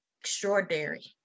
extraordinary